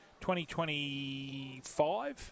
2025